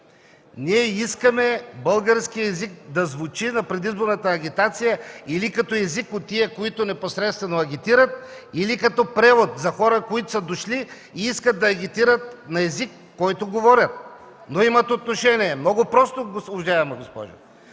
Ние искаме българският език да звучи на предизборната агитация или като език от тези, които непосредствено агитират, или като превод за хора, които са дошли и искат да агитират на език, който говорят, но имат отношение. (Реплики от